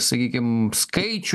sakykim skaičių